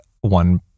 one